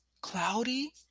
cloudy